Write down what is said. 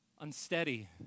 unsteady